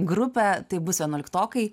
grupę tai bus vienuoliktokai